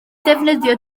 ddefnyddio